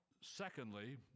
secondly